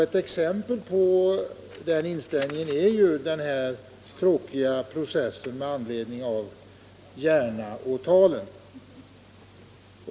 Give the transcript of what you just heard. Ett exempel på den inställningen är ju den tråkiga processen med anledning av Järna-åtalen.